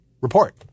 report